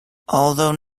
although